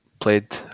played